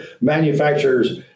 manufacturers